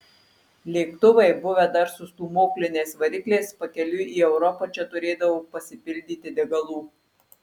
lėktuvai buvę dar su stūmokliniais varikliais pakeliui į europą čia turėdavo pasipildyti degalų